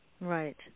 Right